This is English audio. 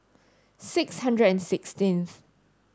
six hundred and sixteenth